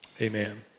amen